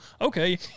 Okay